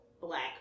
black